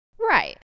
Right